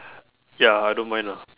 ya I don't mind ah